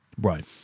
Right